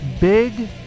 Big